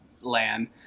land